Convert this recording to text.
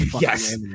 Yes